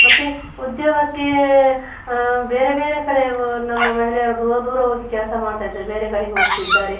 ಮತ್ತು ಉದ್ಯೋಗಕ್ಕೆ ಬೇರೆ ಬೇರೆ ಕಡೆ ನಮ್ಮ ಮಹಿಳೆಯರು ದೂರ ದೂರ ಹೋಗಿ ಕೆಲಸ ಮಾಡ್ತಾಯಿದ್ದಾರೆ ಬೇರೆ ಕಡೆಗೆ ಹೋಗ್ತಿದ್ದಾರೆ